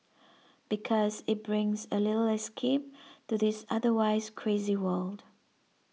because it brings a little escape to this otherwise crazy world